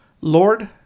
Lord